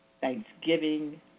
Thanksgiving